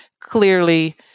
clearly